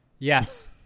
Yes